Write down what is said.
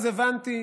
אז הבנתי